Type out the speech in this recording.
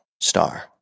Star